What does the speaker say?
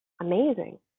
amazing